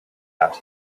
out